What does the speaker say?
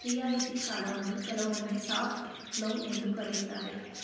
ರಿಯಾಯಿತಿ ಸಾಲವನ್ನ ಕೆಲವೊಮ್ಮೆ ಸಾಫ್ಟ್ ಲೋನ್ ಎಂದು ಕರೆಯುತ್ತಾರೆ